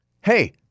Hey